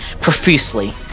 profusely